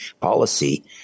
policy